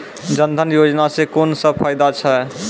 जनधन योजना सॅ कून सब फायदा छै?